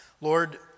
Lord